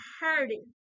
hurting